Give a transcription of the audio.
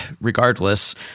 regardless